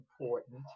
important